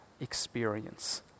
experience